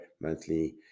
monthly